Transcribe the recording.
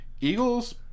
Eagles